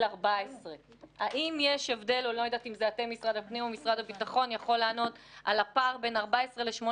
14. אתם יכולים לענות על הפער בין 14 ל-18?